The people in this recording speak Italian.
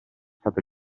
stato